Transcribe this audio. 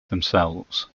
themselves